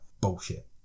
bullshit